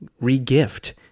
re-gift